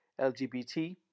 LGBT